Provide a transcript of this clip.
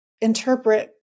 interpret